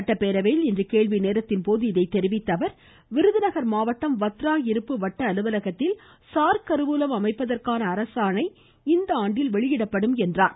சட்டப்பேரவையில் இன்று கேள்வி நேரத்தின்போது இதனை தெரிவித்த அவர் விருதுநகர் மாவட்டம் வத்திரா இருப்பு வட்ட அலுவலகத்தில் சார் கருவூலம் அமைப்பதற்கான அரசாணை இந்த ஆண்டில் வெளியிடப்படும் என்றார்